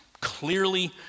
clearly